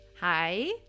Hi